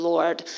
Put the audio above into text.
Lord